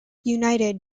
united